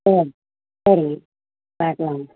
சரி சரிங்க பார்க்கலாம்ங்க